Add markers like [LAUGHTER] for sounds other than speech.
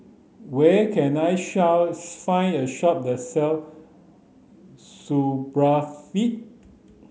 where can I [UNINTELLIGIBLE] find a shop that sell Supravit